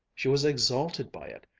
she was exalted by it,